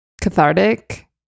cathartic